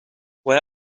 where